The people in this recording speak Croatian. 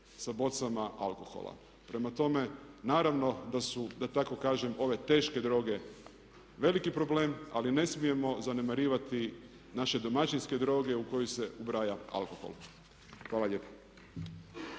sa bocama alkohola. Prema tome, naravno da su da tako kažem ove teške droge veliki problem. Ali ne smijemo zanemarivati naše domaćinske droge u koje se ubraja alkohol. Hvala lijepo.